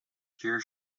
here